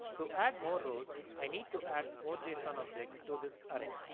to add more rows. i need to add more json object to this array.